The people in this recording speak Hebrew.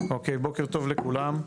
בוקר טוב לכולם.